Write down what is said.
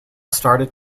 started